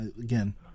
again